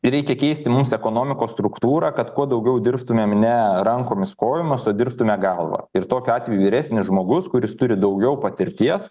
reikia keisti mums ekonomikos struktūrą kad kuo daugiau dirbtumėm ne rankomis kojomis o dirbtume galva ir tokiu atveju vyresnis žmogus kuris turi daugiau patirties